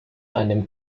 einem